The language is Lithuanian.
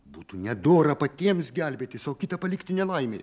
būtų nedora patiems gelbėtis o kitą palikti nelaimėje